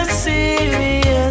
serious